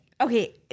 okay